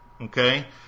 okay